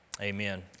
Amen